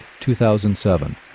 2007